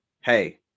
Hey